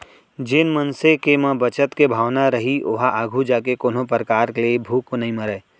जेन मनसे के म बचत के भावना रइही ओहा आघू जाके कोनो परकार ले भूख नइ मरय